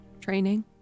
Training